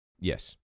Yes